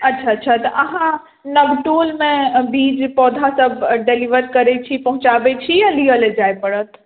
अच्छा अच्छा तऽ अहाँ नबटोलमे बीज पौधासभ डेलिवर करैत छी पहुँचाबैत छी या लियै लेल जाय पड़त